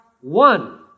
one